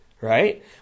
right